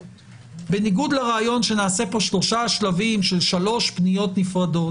בניגוד לרעיון שנעשה פה שלושה שלבים של שלוש פניות נפרדות,